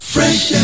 Fresh